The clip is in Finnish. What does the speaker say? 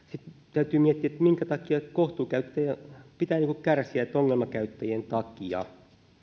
täytyy miettiä minkä takia kohtuukäyttäjien pitää kärsiä ongelmakäyttäjien takia